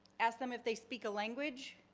ask them if they speak a language